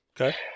Okay